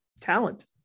talent